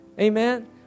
Amen